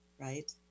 right